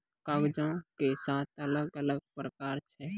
कागजो के सात अलग अलग प्रकार छै